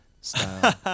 style